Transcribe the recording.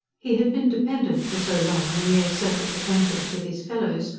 he had been dependent for so long on a mere surface acquaintance with his fellows,